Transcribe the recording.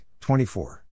24